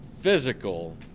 physical